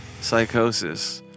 psychosis